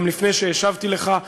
גם לפני שהשבתי לך.